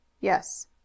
Yes